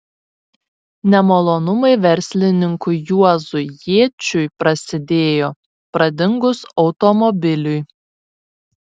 nemalonumai verslininkui juozui jėčiui prasidėjo pradingus automobiliui